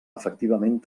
efectivament